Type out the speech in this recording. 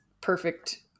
perfect